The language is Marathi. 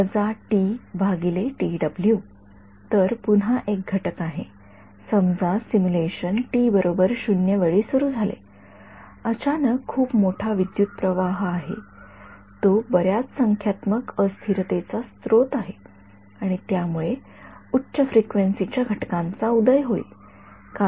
तर पुन्हा एक घटक आहे समजा सिम्युलेशन वेळी सुरू झाले अचानक खूप मोठा विद्युतप्रवाह आहे तो बर्याच संख्यात्मक अस्थिरतेचा स्रोत आहे आणि यामुळे उच्च फ्रिक्वेन्सी च्या घटकांचा उदय होईल